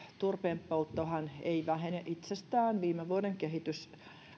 turpeen polttohan ei vähene itsestään viime vuoden kehitys